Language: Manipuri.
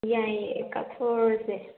ꯌꯥꯏꯌꯦ ꯀꯥꯞꯊꯣꯛꯎꯔꯁꯦ